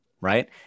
right